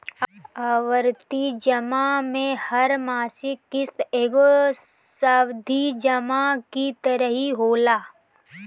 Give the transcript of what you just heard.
आवर्ती जमा में हर मासिक किश्त एगो सावधि जमा की तरही होला